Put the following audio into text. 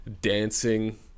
dancing